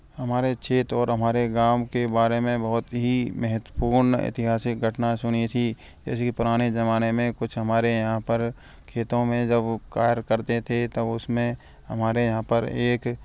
हमारे क्षेत्र और हमारे गाँव के बारे में बहुत ही महत्वपूर्ण ऐतिहासिक घटना सुनी थी जैसे के पुराने ज़माने में कुछ हमारे यहाँ पर खेतों में जब उपकार करते थे तब उसमें हमारे यहाँ पर एक